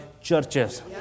churches